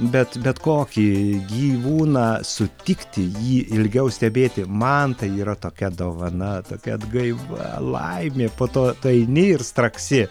bet bet kokį gyvūną sutikti jį ilgiau stebėti man tai yra tokia dovana tokia atgaiva laimė po to tu eini ir straksi